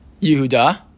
Yehuda